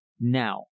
Now